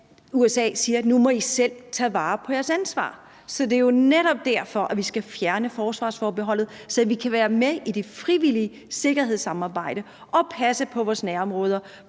USA siger, at nu må I selv tage ansvaret på jer. Så er det jo netop derfor, at vi skal fjerne forsvarsforbeholdet, så vi kan være med i det frivillige sikkerhedssamarbejde og passe på vores nærområder;